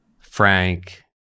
Frank